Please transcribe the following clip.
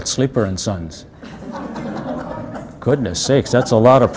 a sleeper and son's goodness sakes that's a lot of